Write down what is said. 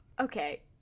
Okay